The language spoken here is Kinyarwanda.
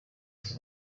amezi